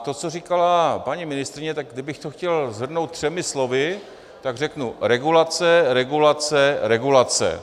To, co říkala paní ministryně, tak kdybych to chtěl shrnout třemi slovy, tak řeknu regulace, regulace, regulace.